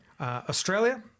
Australia